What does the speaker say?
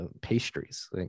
pastries